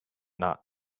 not